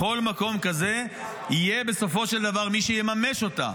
בכל מקום כזה יהיה בסופו של דבר מי שיממש אותה,